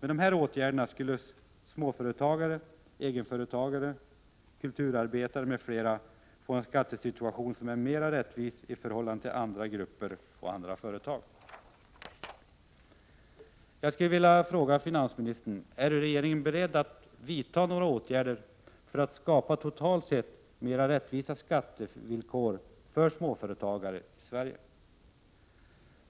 Med de här åtgärderna skulle småföretagare, egenföretagare, kulturarbetare m.fl. få en skattesituation som är mera rättvis i förhållande till andra grupper och andra företag.